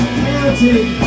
counting